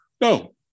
No